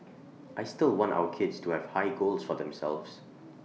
I still want our kids to have high goals for themselves